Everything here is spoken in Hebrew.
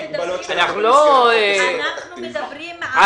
--- את המגבלות --- אנחנו מדברים על